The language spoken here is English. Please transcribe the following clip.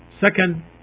Second